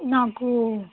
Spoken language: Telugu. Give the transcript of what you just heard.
నాకు